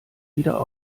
wieder